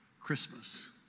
Christmas